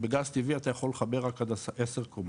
בגז טבעי אתה יכול לחבר רק עשר קומות,